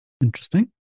Interesting